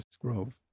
grove